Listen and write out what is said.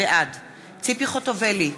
בעד ציפי חוטובלי,